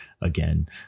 again